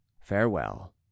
Farewell